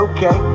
Okay